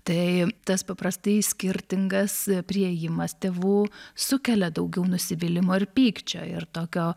tai tas paprastai skirtingas priėjimas tėvų sukelia daugiau nusivylimo ir pykčio ir tokio